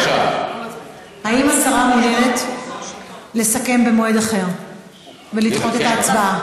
האם השרה מעוניינת לסכם במועד אחר ולדחות את ההצבעה?